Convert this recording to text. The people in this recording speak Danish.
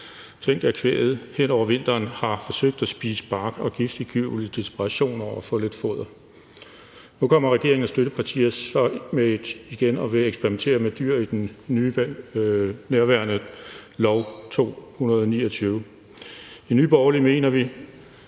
Tænk, at kvæget hen over vinteren har forsøgt at spise bark og giftig gyvel i desperation for at få lidt foder. Nu kommer regeringen og støttepartierne så igen og vil eksperimentere med dyr i nærværende lov nr. L 229. I Nye Borgerlige mener vi,